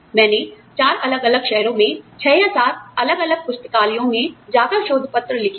मैंने चार अलग अलग शहरों में छह या सात अलग अलग पुस्तकालयों में जाकर शोध पत्र लिखे हैं